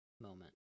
Moment